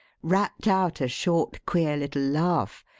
rapped out a short, queer little laugh,